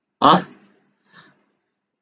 ah